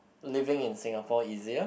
living in Singapore easier